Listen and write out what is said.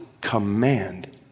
command